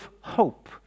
hope